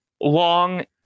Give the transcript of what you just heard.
long